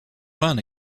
run